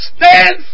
stand